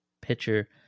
pitcher